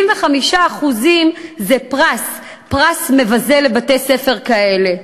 75% זה פרס, פרס מבזה לבתי-ספר כאלה.